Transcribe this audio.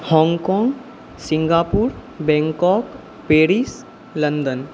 Hong Kong Singapore Bangkok Paris London